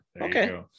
okay